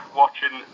watching